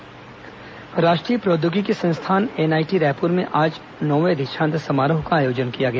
NIT दीक्षांत राष्ट्रीय प्रौद्योगिकी संस्थान एनआईटी रायपुर में आज नौवें दीक्षांत समारोह का आयोजन किया गया